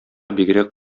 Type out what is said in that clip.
бигрәк